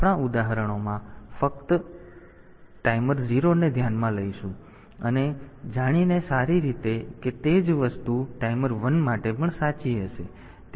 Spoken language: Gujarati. આપણા ઉદાહરણોમાં આપણે ફક્ત ટાઈમર 0 ને ધ્યાનમાં લઈશું અને જાણીને સારી રીતે કે તે જ વસ્તુ ટાઈમર 1 માટે પણ સાચી હશે